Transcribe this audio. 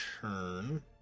turn